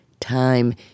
time